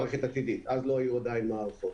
מערכת עתידית, אז לא היו עדיין מערכות.